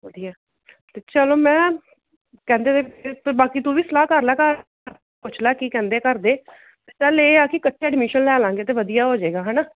ਵਧੀਆ ਅਤੇ ਚਲੋ ਮੈਂ ਕਹਿੰਦੇ ਬਾਕੀ ਤੂੰ ਵੀ ਸਲਾਹ ਕਰ ਲਾ ਘਰ ਪੁੱਛ ਲੈ ਕੀ ਕਹਿੰਦੇ ਘਰਦੇ ਚੱਲ ਇਹ ਆ ਕਿ ਇਕੱਠੇ ਐਡਮਿਸ਼ਨ ਲੈ ਲਵਾਂਗੇ ਤਾਂ ਵਧੀਆ ਹੋ ਜਾਵੇਗਾ ਹੈ ਨਾ